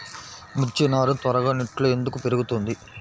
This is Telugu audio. మిర్చి నారు త్వరగా నెట్లో ఎందుకు పెరుగుతుంది?